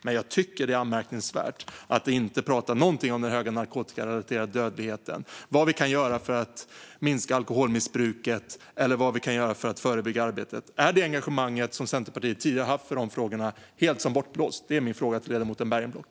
Jag tycker dock att det är anmärkningsvärt att han inte pratar något om den höga narkotikarelaterade dödligheten, vad vi kan göra för att minska alkoholmissbruket eller vad vi kan göra för det förebyggande arbetet. Är det engagemang som Centerpartiet tidigare har haft i dessa frågor helt bortblåst? Det är min fråga till ledamoten Bergenblock.